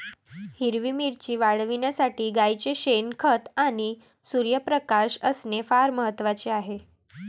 हिरवी मिरची वाढविण्यासाठी गाईचे शेण, खत आणि सूर्यप्रकाश असणे फार महत्वाचे आहे